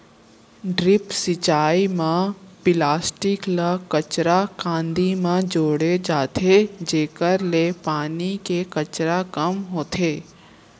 drip सिंचई म plastic ल कच्चा कांदी म जोड़े जाथे जेकर ले पानी के खरचा कम होथे